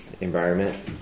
environment